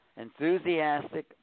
enthusiastic